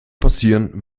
passieren